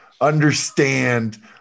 understand